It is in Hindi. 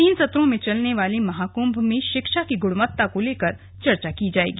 तीन सत्रों में चलने वाले ज्ञानकुंभ में शिक्षा की गुणवत्ता को लेकर चर्चा की जाएगी